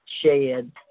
shed